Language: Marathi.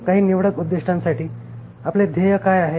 काही निवडक उद्दीष्टांसाठीआपले ध्येय काय आहे